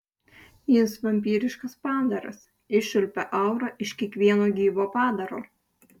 jis vampyriškas padaras iščiulpia aurą iš kiekvieno gyvo padaro